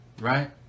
Right